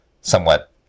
somewhat